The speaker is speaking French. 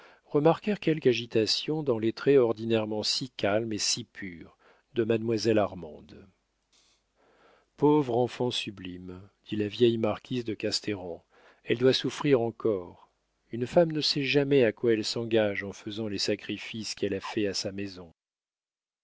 remarquèrent quelque agitation dans les traits ordinairement si calmes et si purs de mademoiselle armande pauvre enfant sublime dit la vieille marquise de casteran elle doit souffrir encore une femme ne sait jamais à quoi elle s'engage en faisant les sacrifices qu'elle a faits à sa maison